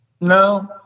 No